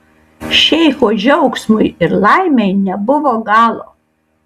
šeicho džiaugsmui ir laimei nebuvo galo